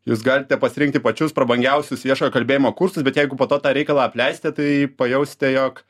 jūs galite pasirinkti pačius prabangiausius viešojo kalbėjimo kursus bet jeigu po to tą reikalą apleisite tai pajausite jog